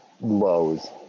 lows